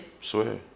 Swear